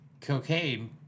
cocaine